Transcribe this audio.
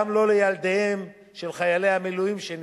גם לא לילדיהם של חיילי המילואים שנספו.